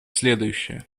следующее